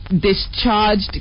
discharged